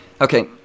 Okay